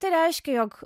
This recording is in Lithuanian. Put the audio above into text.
tai reiškia jog